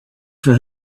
for